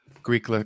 Greek